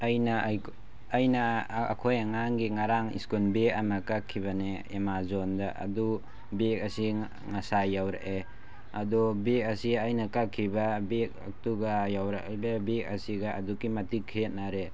ꯑꯩꯅ ꯑꯩꯈꯣꯏ ꯑꯉꯥꯡꯒꯤ ꯉꯔꯥꯡ ꯁ꯭ꯀꯨꯟ ꯕꯦꯛ ꯑꯃ ꯀꯛꯈꯤꯕꯅꯦ ꯑꯦꯃꯥꯖꯣꯟꯗ ꯑꯗꯨ ꯕꯦꯛ ꯑꯁꯤ ꯉꯁꯥꯏ ꯌꯧꯔꯛꯑꯦ ꯑꯗꯨ ꯕꯦꯛ ꯑꯁꯤ ꯑꯩꯅ ꯀꯛꯈꯤꯕ ꯕꯦꯛꯇꯨꯒ ꯌꯧꯔꯛꯏꯕ ꯕꯦꯛ ꯑꯁꯤꯒ ꯑꯗꯨꯛꯀꯤ ꯃꯇꯤꯛ ꯈꯦꯟꯅꯔꯦ